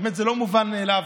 באמת, זה לא מובן מאליו.